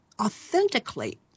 authentically